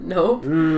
Nope